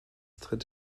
tritt